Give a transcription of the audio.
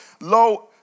low